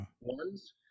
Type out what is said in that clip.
Ones